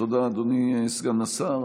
תודה, אדוני סגן השר.